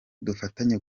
dufatanye